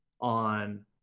on